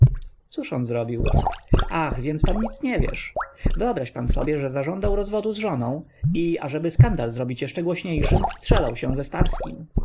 cóż on zrobił ach więc pan nic nie wiesz wyobraź pan sobie że zażądał rozwodu z żoną i ażeby skandal zrobić jeszcze głośniejszym strzelał się ze starskim to